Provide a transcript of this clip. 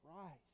Christ